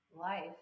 life